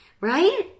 Right